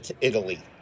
Italy